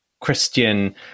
Christian